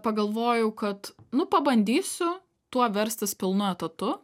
pagalvojau kad nu pabandysiu tuo verstis pilnu etatu